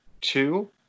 two